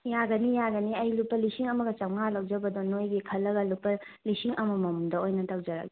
ꯌꯥꯒꯅꯤ ꯌꯥꯒꯅꯤ ꯑꯩ ꯂꯨꯄꯥ ꯂꯤꯁꯤꯡ ꯑꯃꯒ ꯆꯥꯝꯃꯉꯥ ꯂꯧꯖꯕꯗꯣ ꯅꯣꯏꯒꯤ ꯈꯜꯂꯒ ꯂꯨꯄꯥ ꯂꯤꯁꯤꯡ ꯑꯃꯃꯝꯗ ꯑꯣꯏꯅ ꯇꯧꯖꯔꯒꯦ